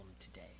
today